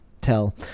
tell